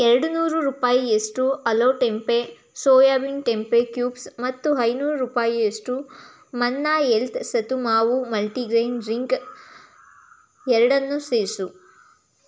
ಎರಡು ನೂರು ರೂಪಾಯಿಯಷ್ಟು ಅಲೋ ಟೆಂಪೆ ಸೋಯಾಬೀನ್ ಟೆಂಪೆ ಕ್ಯೂಬ್ಸ್ ಮತ್ತು ಐನೂರು ರೂಪಾಯಿಯಷ್ಟು ಮನ್ನಾ ಎಲ್ತ್ ಸತು ಮಾವು ಮಲ್ಟಿಗ್ರೇನ್ ಡ್ರಿಂಕ್ ಎರಡನ್ನೂ ಸೇರಿಸು